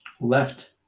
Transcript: left